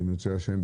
אם ירצה השם,